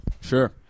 Sure